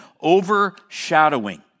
overshadowing